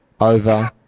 over